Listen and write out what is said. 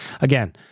Again